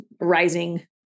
rising